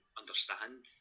understand